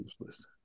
useless